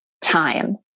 time